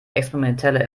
experimentelle